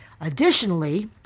Additionally